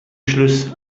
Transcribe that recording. schluss